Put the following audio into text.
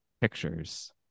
pictures